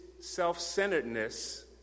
self-centeredness